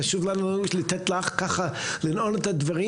חשוב לנו לתת לך לנעול את הדברים.